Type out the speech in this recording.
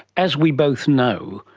as we both know,